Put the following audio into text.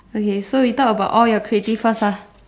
okay so we talk about all your creative first lah